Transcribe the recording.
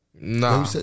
No